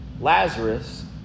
Lazarus